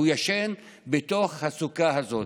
הוא ישן בתוך הסוכה הזאת.